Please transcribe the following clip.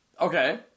okay